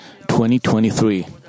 2023